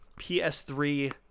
PS3